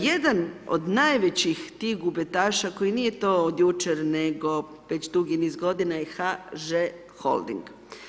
Jedan od najvećih tih gubitaša, koji nije to od jučer, nego već dugi niz godina, je HŽ holding.